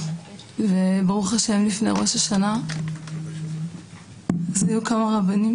וברוך השם לפני ראש השנה, היו כמה רבנים